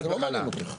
חד וחלק.